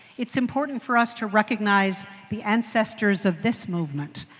it is important for us to recognize the ancestors of this movement.